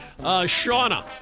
Shauna